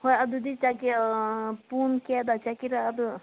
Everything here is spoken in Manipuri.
ꯍꯣꯏ ꯑꯗꯨꯗꯤ ꯆꯠꯀꯦ ꯄꯨꯡ ꯀꯌꯥꯗ ꯆꯠꯀꯦꯔꯥ ꯑꯗꯨ